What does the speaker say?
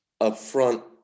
Upfront